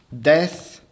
death